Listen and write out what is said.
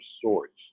sorts